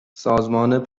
سازمان